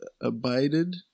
abided